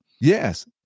Yes